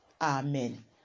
amen